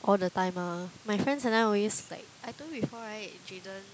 all the time ah my friends and I always like I told you before right Jayden